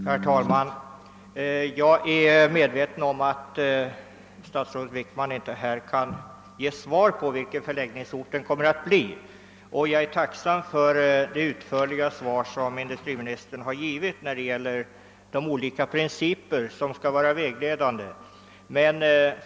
Herr talman! Jag är medveten om att statsrådet Wickman inte nu kan ge besked om vilken förläggningsorten kan bli, och jag är tacksam för det utförliga svar som industriministern givit beträffande de olika principer som härvid skall vara vägledande.